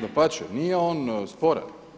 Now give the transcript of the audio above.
dapače nije on sporan.